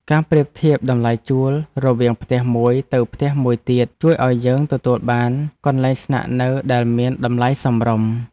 ការប្រៀបធៀបតម្លៃជួលរវាងផ្ទះមួយទៅផ្ទះមួយទៀត ជួយឱ្យយើងទទួលបានកន្លែងស្នាក់នៅដែលមានតម្លៃសមរម្យ។